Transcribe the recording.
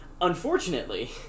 Unfortunately